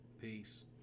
Peace